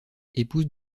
épouse